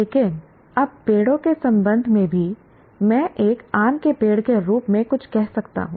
लेकिन अब पेड़ों के संबंध में भी मैं एक आम के पेड़ के रूप में कुछ कह सकता हूं